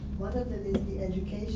the education